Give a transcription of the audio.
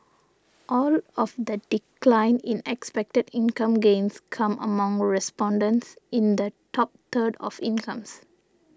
all of the decline in expected income gains come among respondents in the top third of incomes